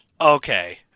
okay